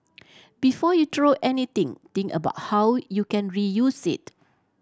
before you throw anything think about how you can reuse it